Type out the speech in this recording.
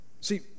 See